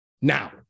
Now